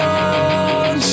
on